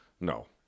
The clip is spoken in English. No